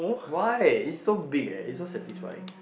why is so big eh is so satisfying